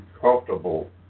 comfortable